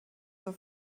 zur